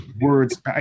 words